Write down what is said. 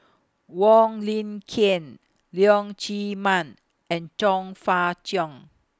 Wong Lin Ken Leong Chee Mun and Chong Fah Cheong